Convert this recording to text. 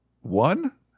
one